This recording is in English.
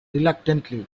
reluctantly